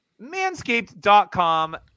manscaped.com